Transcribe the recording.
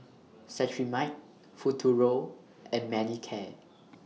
Cetrimide Futuro and Manicare